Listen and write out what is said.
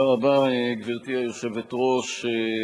גברתי היושבת-ראש,